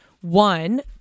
One